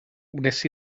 wnes